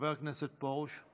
הכנסת פרוש,